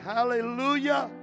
Hallelujah